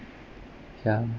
ya